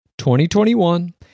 2021